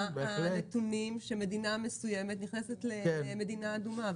הנתונים שמדינה מסוימת נכנסת למדינה אדומה.